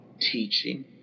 teaching